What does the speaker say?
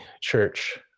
Church